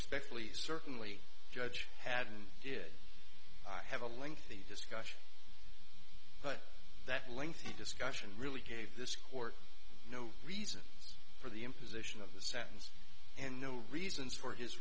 respectfully certainly judge had and did have a lengthy discussion but that lengthy discussion really gave this court no reasons for the imposition of the sentence and no reasons for his